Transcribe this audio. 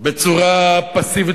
בצורה פסיבית,